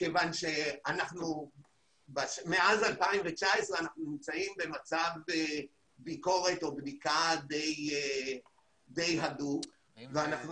כיוון שמאז 2019 אנחנו נמצאים במצב ביקורת או בדיקה די הדוקה ואנחנו